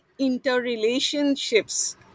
interrelationships